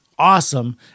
awesome